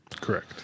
Correct